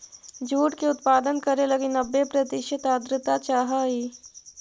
jute के उत्पादन करे लगी नब्बे प्रतिशत आर्द्रता चाहइ